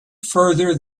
further